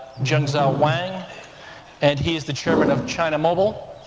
jianzhou wang and he is the chairman of china mobile.